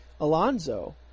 Alonso